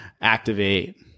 activate